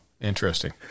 interesting